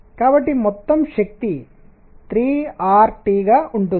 కాబట్టి మొత్తం శక్తి 3 R T గా ఉంటుంది